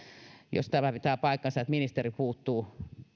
jos tämä pitää paikkansa että ministeri puuttuu